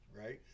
right